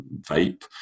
vape